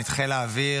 את חיל האוויר,